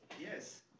Yes